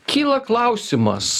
kyla klausimas